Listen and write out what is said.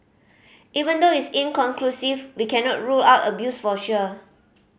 even though it's inconclusive we cannot rule out abuse for sure